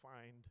find